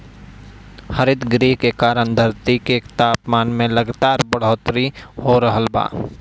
हरितगृह के कारण धरती के तापमान में लगातार बढ़ोतरी हो रहल बा